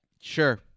Sure